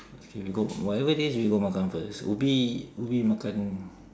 okay we go whatever it is we go makan first ubi ubi makan